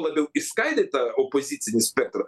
labiau išskaidyt tą opozicinį spektrą